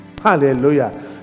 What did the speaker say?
hallelujah